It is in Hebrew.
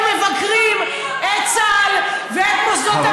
ואנחנו מבקרים את צה"ל ואת מוסדות המדינה.